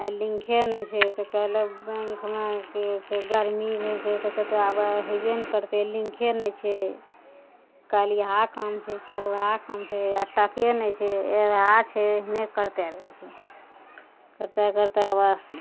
आइ लिंके नहि छै तऽ कहलक बैंकमे की होइ छै गर्मी रहय छै तऽ कहतइ आब हेबे ने करतइ लिंके नहि छै कल इएह काम छै कल वएह काम छै आओर टके नहि छै वएह छै एहने करते रहय छै करते करते बस